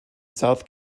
south